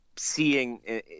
Seeing